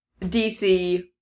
DC